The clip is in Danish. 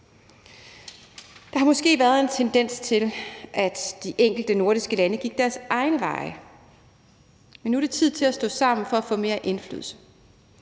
Der har måske været en tendens til, at de enkelte nordiske lande gik deres egne veje, men nu er det tid til at stå sammen for at få mere indflydelse.